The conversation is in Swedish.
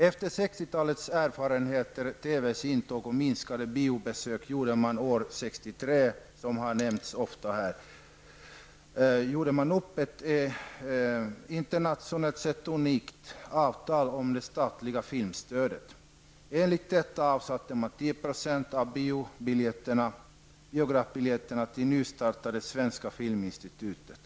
Efter 60-talets erfarenheter, TVs intåg och minskade biobesök träffade man år 1963, som ofta har nämnts här, ett internationellt sett unikt avtal om det statliga filmstödet. Enligt detta avtal avsatte man 10 % av biobiljettinkomsterna till det nystartade Svenska Filminstitutet.